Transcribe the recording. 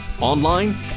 online